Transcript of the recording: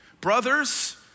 Brothers